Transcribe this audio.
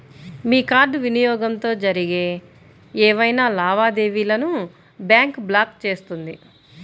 మీ card వినియోగంతో జరిగే ఏవైనా లావాదేవీలను బ్యాంక్ బ్లాక్ చేస్తుంది